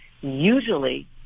Usually